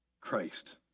Christ